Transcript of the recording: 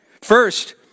First